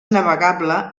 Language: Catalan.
navegable